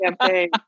campaign